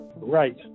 Right